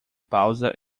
pausa